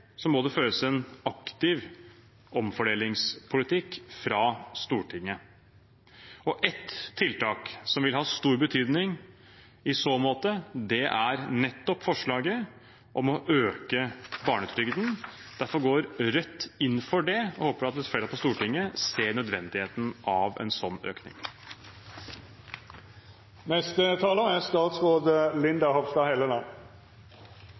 må det føres en aktiv omfordelingspolitikk fra Stortingets side. Et tiltak som vil ha stor betydning i så måte, er nettopp forslaget om å øke barnetrygden. Derfor går Rødt inn for det og håper at et flertall på Stortinget ser nødvendigheten av en sånn